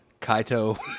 Kaito